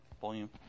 volume